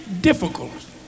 difficult